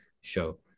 show